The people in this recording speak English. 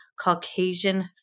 Caucasian